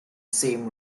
same